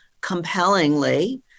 compellingly